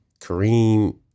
Kareem